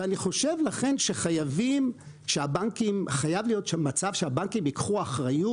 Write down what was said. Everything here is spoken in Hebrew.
לכן אני חושב שחייב להיות מצב שהבנקים ייקחו אחריות